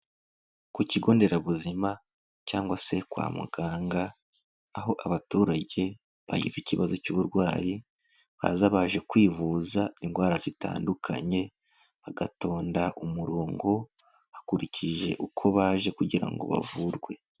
Ku kigo nderabuzima cyangwa se kwa muganga, aho abaturage bagize ikibazo cy'uburwayi baza baje kwivuza indwara zitandukanye, bagatonda umurongo hakurikije uko baje kugira ngo bavurwe.